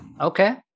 Okay